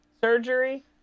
surgery